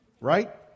right